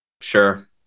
sure